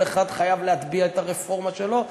כל אחד חייב להטביע את הרפורמה שלו.